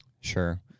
Sure